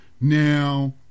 Now